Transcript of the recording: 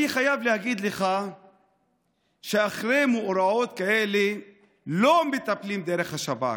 אני חייב להגיד לך שבמאורעות כאלה לא מטפלים דרך השב"כ,